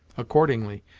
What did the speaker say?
accordingly,